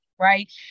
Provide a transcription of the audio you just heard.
right